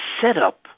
setup